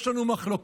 יש לנו מחלוקות.